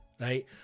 Right